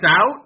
out